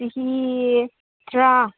ꯆꯍꯤ ꯇꯔꯥ